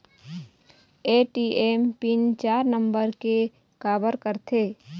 ATM PIN चार number के काबर करथे?